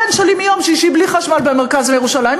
הבן שלי מיום שישי בלי חשמל במרכז ירושלים,